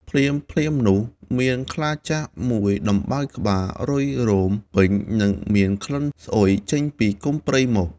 ភ្លាមៗនោះ មានខ្លាចាស់មួយដំបៅក្បាល រុយរោមពេញ និងមានក្លិនស្អុយចេញពីគុម្ពព្រៃមក។